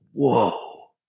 Whoa